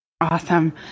Awesome